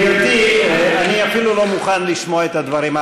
גברתי, אני אפילו לא מוכן לשמוע את הדברים.